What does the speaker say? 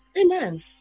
Amen